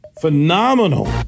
Phenomenal